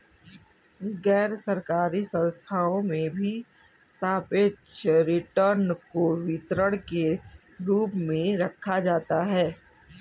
गैरसरकारी संस्थाओं में भी सापेक्ष रिटर्न को वितरण के रूप में रखा जाता है